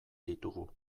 ditugu